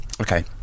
okay